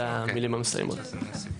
אלה המילים המסיימות את הסעיף.